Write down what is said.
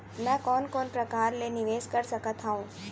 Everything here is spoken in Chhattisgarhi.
मैं कोन कोन प्रकार ले निवेश कर सकत हओं?